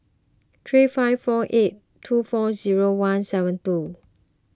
three five four eight two four zero one seven two